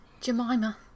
Jemima